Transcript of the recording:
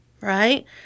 right